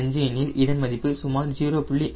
5 எனில் இதன் மதிப்பு சுமார் 0